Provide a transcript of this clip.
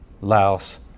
Laos